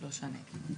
הצבעה לא אושרו.